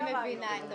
אני מבינה את הבקשה.